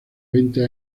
veinte